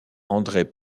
andré